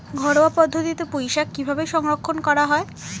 ঘরোয়া পদ্ধতিতে পুই শাক কিভাবে সংরক্ষণ করা হয়?